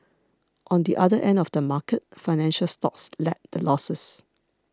on the other end of the market financial stocks led the losses